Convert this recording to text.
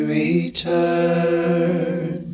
return